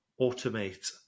automate